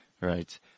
Right